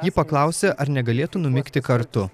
ji paklausė ar negalėtų numigti kartu